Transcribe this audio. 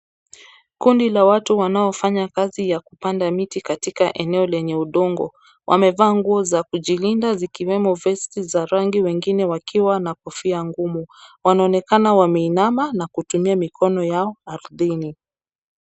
Kikundi la watu wanao fanya kazi ya kupanda miti katika eneo lenye udongo, wamevaa nguo za kujilinda zikiwemo vesti za rangi wengine wakiwa na kofia ngumu .Wanaonekana wameinama na kutumia mikono yao ardhini .